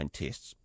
tests